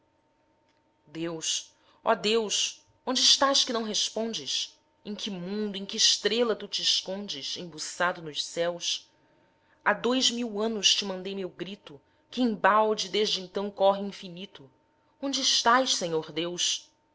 deus ó deus onde estás que não respondes em que mundo em qu'estrela tu t'escondes embuçado nos céus há dois mil anos te mandei meu grito que embalde desde então corre o infinito onde estás senhor deus